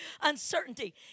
Uncertainty